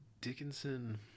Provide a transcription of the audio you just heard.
Dickinson